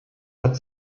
hat